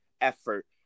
effort